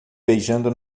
beijando